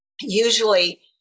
usually